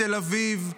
מתל אביב,